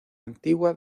antigua